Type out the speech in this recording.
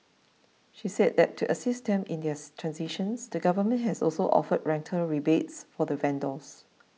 she said that to assist them in theirs transition the government has also offered rental rebates for the vendors